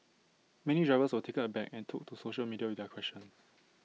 many drivers were taken aback and took to social media with their questions